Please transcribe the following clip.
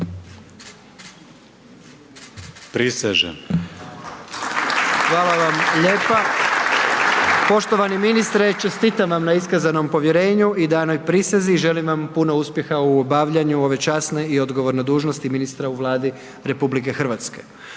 (HDZ)** Hvala vam lijepa. Poštovani ministre, čestitam vam na iskazanom povjerenju i danoj prisezi, želim vam puno uspjeha u obavljanju ove časne i odgovorne dužnosti ministra u Vladi RH. A vama